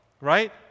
Right